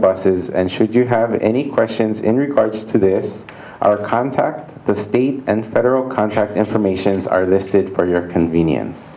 buses and should you have any questions in regards to this contact the state and federal contract informations are listed for your convenience